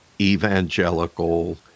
evangelical